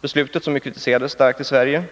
beslutet, som kritiserades starkt i Sverige.